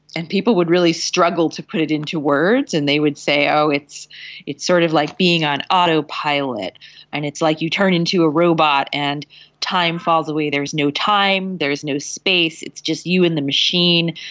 and people would really struggle to put it into words and they would say, oh, it's it's sort of like being on autopilot and it's like you turn into a robot and time falls away, there's no time, there's no space, it's just you and the machine,